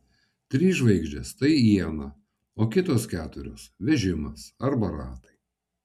trys žvaigždės tai iena o kitos keturios vežimas arba ratai